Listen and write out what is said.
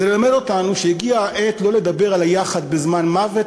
זה ללמד אותנו שהגיעה העת לא לדבר על היחד בזמן מוות,